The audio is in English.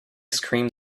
screamed